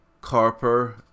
Carper